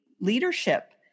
leadership